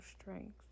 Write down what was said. strength